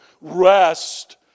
rest